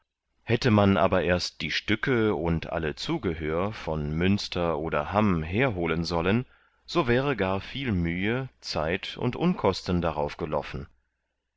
hätte man aber erst die stücke und alle zugehör von münster oder hamm herholen sollen so wäre gar viel mühe zeit und unkosten darauf